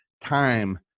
time